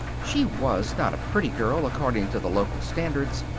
she was not a pretty girl, according to the local standards,